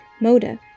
MODA